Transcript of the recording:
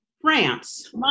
France